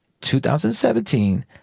2017